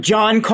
John